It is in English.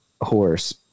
horse